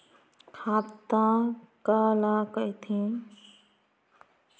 खाता काला कहिथे?